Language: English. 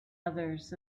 others